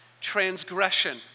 transgression